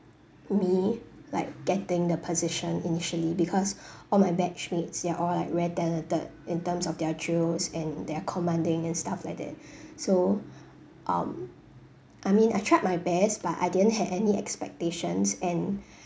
me like getting the position initially because all my batch mates they're all like very talented in terms of their drills and their commanding and stuff like that so um I mean I tried my best but I didn't had any expectations and